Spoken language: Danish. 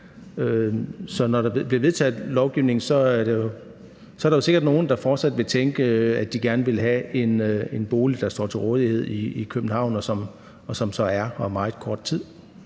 når der bliver vedtaget lovgivning, er der jo sikkert nogen, der fortsat vil tænke, at de gerne vil have en bolig, der står til rådighed i København, og som så er her meget kort tid.